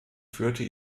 führte